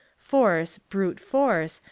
force, brute force,